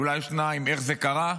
אולי שתיים: איך זה קרה,